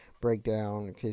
breakdown